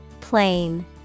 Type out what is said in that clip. Plain